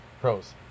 Pros